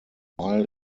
while